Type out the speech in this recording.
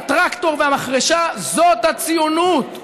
הטרקטור והמחרשה זאת הציונות,